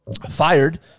fired